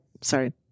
sorry